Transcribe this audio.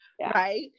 Right